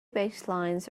baselines